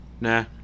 Nah